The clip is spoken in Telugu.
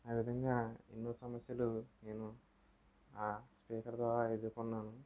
ఆ విధంగా ఎన్నో సమస్యలు నేను ఆ స్పీకర్ ద్వారా ఎదురుకున్నాను